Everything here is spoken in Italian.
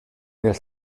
nel